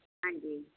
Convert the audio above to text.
ਹਾਂਜੀ